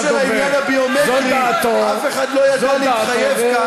כמו שבעניין הביומטרי, נא לא להפריע לדובר.